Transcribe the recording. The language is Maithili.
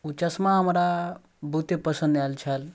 ओ चश्मा हमरा बहुते पसन्द आयल छल